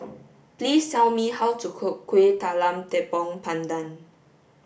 please tell me how to cook Kuih Talam Tepong Pandan